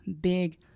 big